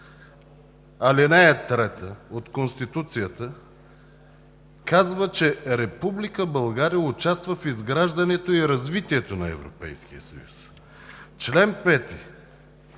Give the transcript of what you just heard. Член 4, ал. 3 от Конституцията казва, че: „Република България участва в изграждането и развитието на Европейския съюз“. Член 5,